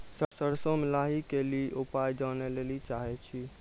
सरसों मे लाही के ली उपाय जाने लैली चाहे छी?